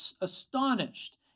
astonished